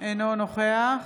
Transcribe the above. אינו נוכח